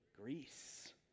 Greece